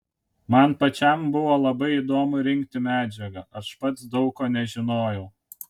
man pačiam buvo labai įdomu rinkti medžiagą aš pats daug ko nežinojau